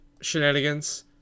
shenanigans